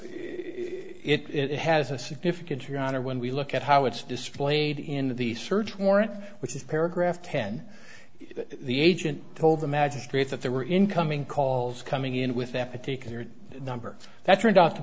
think it has a significant your honor when we look at how it's displayed in the search warrant which is paragraph ten the agent told the magistrate that there were incoming calls coming in with that particular number that turned out to